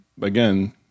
again